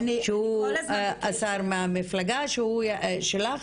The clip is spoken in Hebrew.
שהוא השר מהמפלגה שלך,